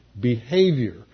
behavior